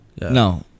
No